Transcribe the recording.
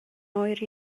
oer